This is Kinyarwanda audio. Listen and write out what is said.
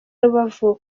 rubavu